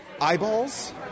Eyeballs